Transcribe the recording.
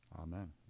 Amen